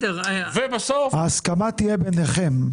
ההסכמה תהיה ביניכם.